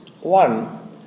One